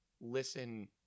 listen